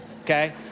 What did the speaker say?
okay